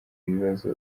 bibazo